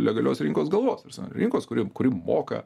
legalios rinkos galvos ta prasme rinkos kuri kuri moka